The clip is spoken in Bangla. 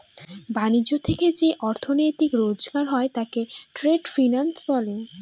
ব্যাণিজ্য থেকে যে অর্থনীতি রোজগার হয় তাকে ট্রেড ফিন্যান্স বলে